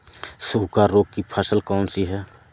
सूखा रोग की फसल कौन सी है?